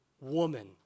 woman